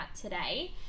today